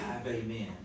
Amen